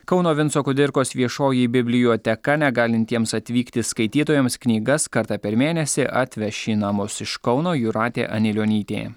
kauno vinco kudirkos viešoji biblioteka negalintiems atvykti skaitytojams knygas kartą per mėnesį atveš į namus iš kauno jūratė anilionytė